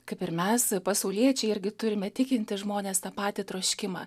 kaip ir mes pasauliečiai irgi turime įtikinti žmones tą patį troškimą